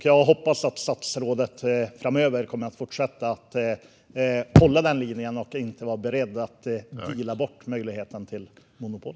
Jag hoppas att statsrådet framöver kommer att fortsätta att hålla den linjen och inte vara beredd att deala bort möjligheten till monopol.